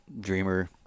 Dreamer